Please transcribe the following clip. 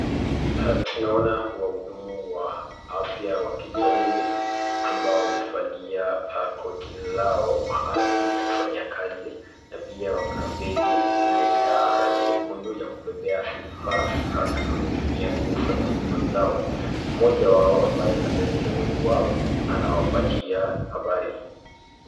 Tunaoana wahudumu wa afya wa kijamii ambao wamevalia koti lao maalum ya kufanyia kazi na pia kuna begi la rangi nyekundu la kubebea vifaa anavyotumia kufanya huduma zao moja wao ambaye labda ni kiongozi wao anawapatia habari.